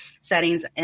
settings